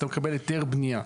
אתה מקבל היתר בנייה.